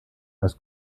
als